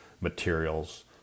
materials